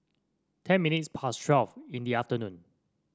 ten minutes past twelve in the afternoon